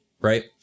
Right